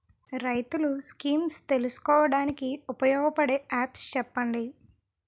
రైతులు స్కీమ్స్ తెలుసుకోవడానికి ఉపయోగపడే యాప్స్ చెప్పండి?